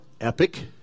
epic